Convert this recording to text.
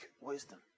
wisdom